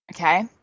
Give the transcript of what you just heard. okay